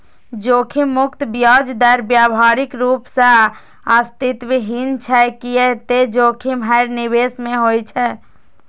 जोखिम मुक्त ब्याज दर व्यावहारिक रूप सं अस्तित्वहीन छै, कियै ते जोखिम हर निवेश मे होइ छै